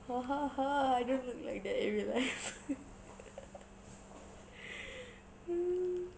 I don't look like that in real life mm